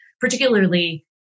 particularly